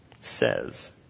says